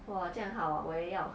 !wah! 这样好啊我也要